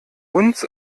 uns